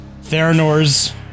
Theranor's